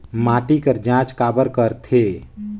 माटी कर जांच काबर करथे?